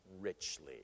richly